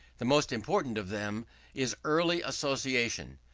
the most important of them is early association.